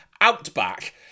Outback